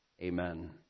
Amen